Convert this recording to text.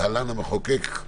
להלן המחוקק,